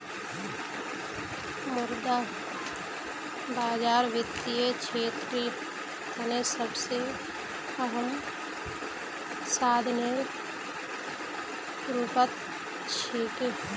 मुद्रा बाजार वित्तीय क्षेत्रेर तने सबसे अहम साधनेर रूपत छिके